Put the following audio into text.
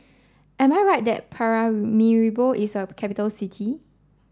am I right that Paramaribo is a capital city